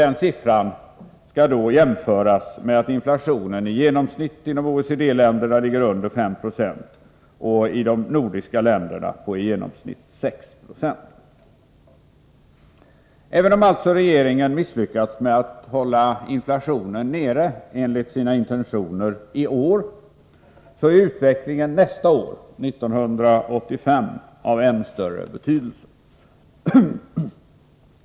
Den siffran skall jämföras med att inflationen inom OECD-länderna i genomsnitt ligger Även om alltså regeringen misslyckats med att hålla inflationen nere enligt sina intentioner i år så är utvecklingen nästa år — 1985 — av ännu större betydelse.